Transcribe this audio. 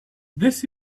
this